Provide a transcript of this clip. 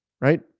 right